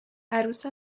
عروس